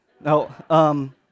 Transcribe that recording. No